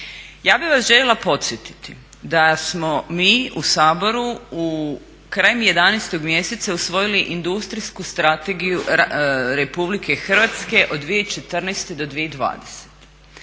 Ja bih vas željela podsjetiti da smo mi u Saboru krajem 11. mjeseca usvojili Industrijsku strategiju RH od 2014. do 2020.